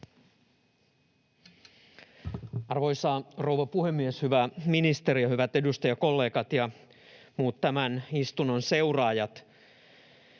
Arvoisa rouva puhemies! Hyvä ministeri ja hyvät edustajakollegat ja muut tämän istunnon seuraajat!